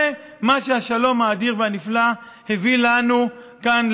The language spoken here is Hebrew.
זה מה שהשלום האדיר והנפלא הביא לנו לכאן,